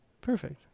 Perfect